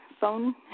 phone